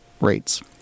rates